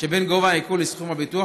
שבין גובה העיקול לסכום הביטוח.